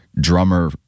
drummer